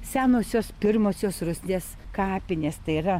senosios pirmosios rusnės kapinės tai yra